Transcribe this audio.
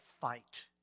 fight